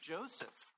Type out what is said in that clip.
Joseph